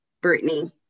Brittany